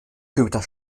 kilometer